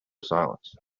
silence